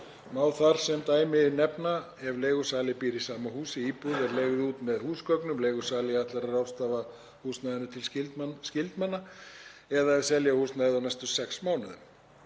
Má þar sem dæmi nefna ef leigusali býr í sama húsi, íbúð er leigð út með húsgögnum, leigusali ætlar að ráðstafa húsnæðinu til skyldmenna eða ef selja á húsnæðið á næstu sex mánuðum.